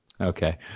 okay